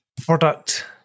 product